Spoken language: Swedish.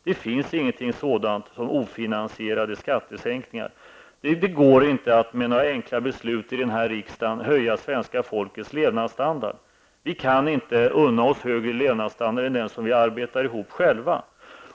Det finns ingenting sådant som ofinansierade skattesänkningar. Det går inte att med några enkla beslut här i riksdagen höja svenska folkets levnadsstandard. Vi kan inte unna oss högre levnadsstandard än den som vi arbetar ihop själva.